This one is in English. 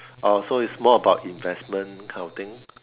ah so it's more about investment kind of thing